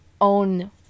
own